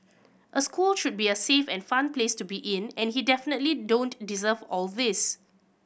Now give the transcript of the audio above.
a school should be a safe and fun place to be in and he definitely don't deserve all these